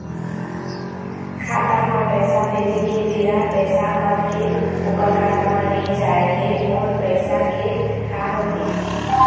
खाता म पैसा भेजे के बेरा पैसा कट के ओकर खाता म नई जाय ले मोर पैसा के का होही?